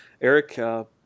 Eric